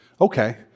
Okay